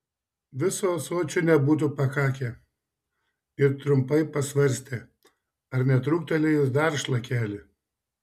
viso ąsočio nebūtų pakakę ir trumpai pasvarstė ar netrūktelėjus dar šlakelį